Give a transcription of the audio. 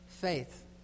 faith